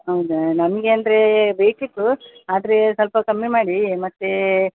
ಹೌದಾ ನಮಗೆ ಅಂದರೆ ಬೇಕಿತ್ತು ಆದರೆ ಸ್ವಲ್ಪ ಕಮ್ಮಿ ಮಾಡಿ ಮತ್ತು